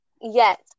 yes